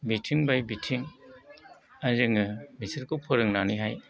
बिथिं बाय बिथिं आरो जोङो बिसोरखौ फोरोंनानैहाय